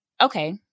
okay